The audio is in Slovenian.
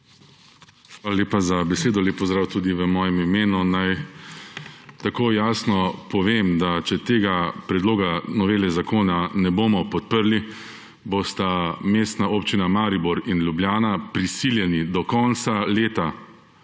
hvala lepa za besedo. Lep pozdrav tudi v mojem imenu! Naj takoj jasno povem, da če tega predloga novele zakona ne bomo podprli, bosta Mestna občina Maribor in Ljubljana prisiljeni do konca leta